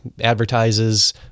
advertises